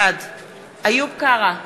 בעד איוב קרא,